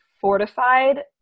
fortified